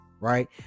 right